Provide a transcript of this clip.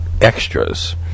extras